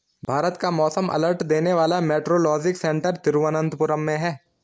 भारत का मौसम अलर्ट देने वाला मेट्रोलॉजिकल सेंटर तिरुवंतपुरम में है